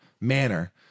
manner